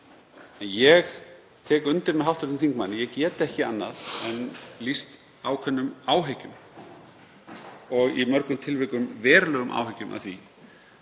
Ég tek undir með hv. þingmanni að ég get ekki annað en lýst ákveðnum áhyggjum, og í mörgum tilvikum verulegum áhyggjum, af því